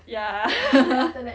ya